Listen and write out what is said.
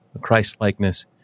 Christ-likeness